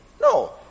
No